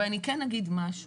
אבל אני כן אגיד משהו,